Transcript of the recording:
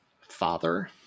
father